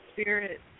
spirit